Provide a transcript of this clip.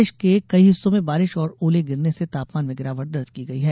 प्रदेश के कई हिस्सो में बारिश और ओले गिरने से तापमान में गिरावट दर्ज की गई है